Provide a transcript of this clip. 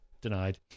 Denied